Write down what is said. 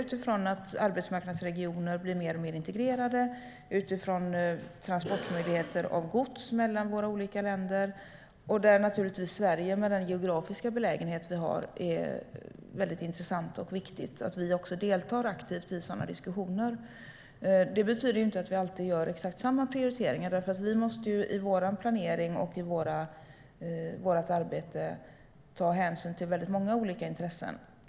Våra arbetsmarknadsregioner blir mer och mer integrerade utifrån transportmöjligheter för gods mellan våra olika länder, och där är naturligtvis Sverige med den geografiska belägenhet vi har väldigt intressant. Det är därför viktigt att vi deltar aktivt också i sådana diskussioner. Det betyder inte att vi alltid gör exakt samma prioriteringar. Vi måste ju i vår planering och i vårt arbete ta hänsyn till väldigt många olika intressen.